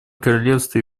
королевство